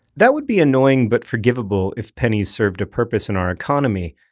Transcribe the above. that would be annoying but forgivable if pennies served a purpose in our economy,